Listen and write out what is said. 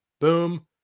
Boom